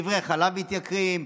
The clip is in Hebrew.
דברי החלב מתייקרים,